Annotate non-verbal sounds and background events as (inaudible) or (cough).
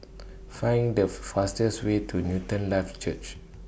Find The (noise) fastest Way to Newton Life Church